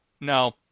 No